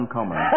Common